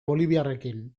boliviarrekin